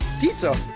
Pizza